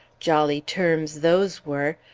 jolly terms those were!